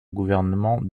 gouvernement